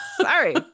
Sorry